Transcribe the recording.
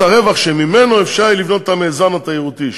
הרווח שממנו אפשר יהיה לבנות את המיזם התיירותי,